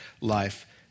life